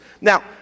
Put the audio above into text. Now